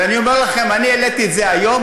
ואני אומר לכם: אני העליתי את זה היום,